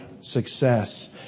success